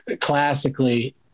classically